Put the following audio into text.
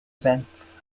events